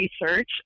research